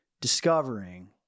discovering